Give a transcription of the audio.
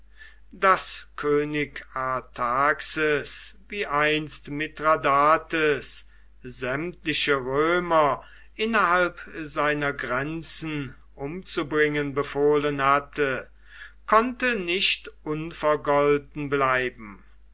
daß könig artaxes wie einst mithradates sämtliche römer innerhalb seiner grenzen umzubringen befohlen hatte konnte nicht unvergolten bleiben